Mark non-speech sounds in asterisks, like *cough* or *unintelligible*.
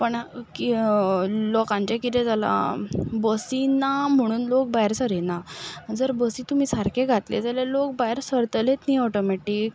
पण *unintelligible* लोकांचें कितें जालां बसी ना म्हणून लोक भायर सरिना जर बसी तुमी सारक्याो घातल्यो जाल्यार लोक भायर सरतलेच न्ही ऑटोमेटीक